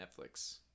Netflix